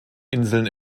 inseln